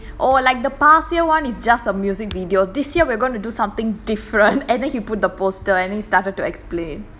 oh like the past year one is just a music video this year we're going to do something different and then he put the poster and then he started to explain